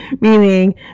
meaning